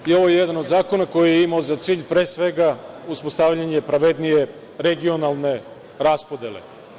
Dakle, i ovo je jedan od zakona koji je imao za cilj, pre svega, uspostavljanje pravednije regionalne raspodele.